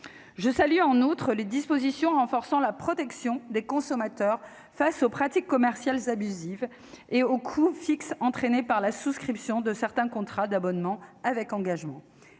Je salue, en outre, les dispositions renforçant la protection des consommateurs face aux pratiques commerciales abusives et aux coûts fixes suscités par la souscription de certains contrats d'abonnement avec engagement.